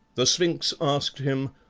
the sphinx asked him,